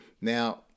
Now